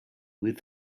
with